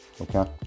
okay